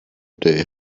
they